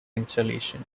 installation